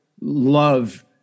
love